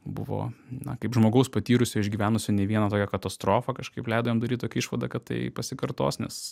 buvo na kaip žmogaus patyrusio išgyvenusio ne vieną tokią katastrofą kažkaip leido jam daryt tokią išvadą kad tai pasikartos nes